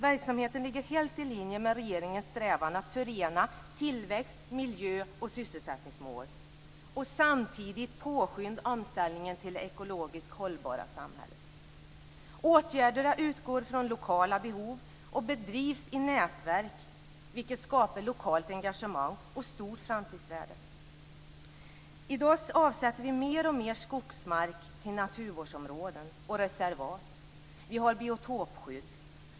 Verksamheten ligger helt i linje med regeringens strävan att förena tillväxt, miljö och sysselsättningsmål och samtidigt påskynda omställningen till det ekologiskt hållbara samhället. Åtgärderna utgår från lokala behov och bedrivs i nätverk, vilket skapar lokalt engagemang och stort framtidsvärde. I dag avsätter vi mer och mer skogsmark till naturvårdsområden och reservat. Vi har biotopskydd.